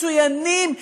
מצוינים,